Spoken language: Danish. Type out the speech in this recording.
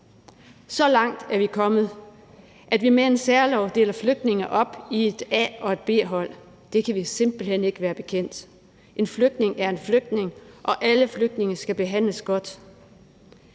Så langt er vi kommet, at vi med en særlov deler flygtninge op i et A- og et B-hold. Det kan vi simpelt hen ikke være bekendt. En flygtning er en flygtning, og alle flygtninge skal behandles godt.